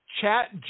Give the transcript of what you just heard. chat